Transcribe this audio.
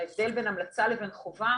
ההבדל בין המלצה לבין חובה